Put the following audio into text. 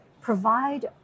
provide